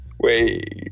Wait